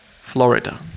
Florida